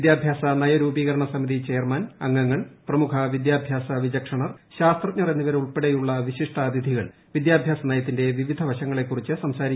വിദ്യാഭ്യാസ നയ രൂപീകരണ സമിതി ചെയർമാൻ അംഗങ്ങൾ പ്രമുഖ വിദ്യാഭ്യാസ വിചക്ഷണർ ശാസ്ത്രജ്ഞർ എന്നിവരുൾപ്പെടെയുള്ള വിശിഷ്ടാതിഥികൾ വിദ്യാഭ്യാസ നയത്തിന്റെ വിവിധ വശങ്ങളെക്കുറിച്ച് സംസാരിക്കും